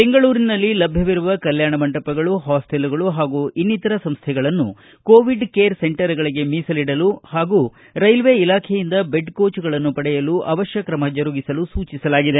ಬೆಂಗಳೂರಿನಲ್ಲಿ ಲಭ್ಯವಿರುವ ಕಲ್ಕಾಣ ಮಂಟಪಗಳು ಹಾಸ್ವೆಲ್ಗಳು ಹಾಗೂ ಇನ್ನಿತರೆ ಸಂಸ್ಟೆಗಳನ್ನು ಕೋವಿಡ್ ಕೇರ್ ಸೆಂಟರ್ಗಳಿಗೆ ಮೀಸಲಿಡಲು ಹಾಗೂ ರೈಲ್ವೆ ಇಲಾಖೆಯಿಂದ ಬೆಡ್ ಕೋಚ್ಗಳನ್ನು ಪಡೆಯಲು ಅವಶ್ಯ ಕ್ರಮ ಜರುಗಿಸಲು ಸೂಚಿಸಲಾಗಿದೆ